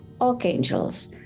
archangels